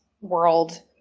world